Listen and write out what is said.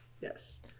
Yes